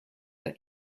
are